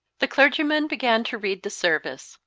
the clergyman began to read the service.